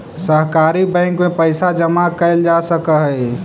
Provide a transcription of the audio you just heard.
सहकारी बैंक में पइसा जमा कैल जा सकऽ हइ